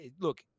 look